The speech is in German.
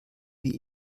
wie